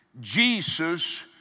Jesus